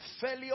Failure